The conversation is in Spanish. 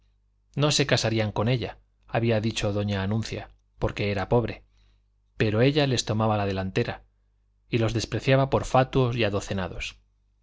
no se casarían con ella había dicho doña anuncia porque era pobre pero ella les tomaba la delantera y los despreciaba por fatuos y